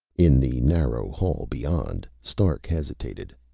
in the narrow hall beyond, stark hesitated.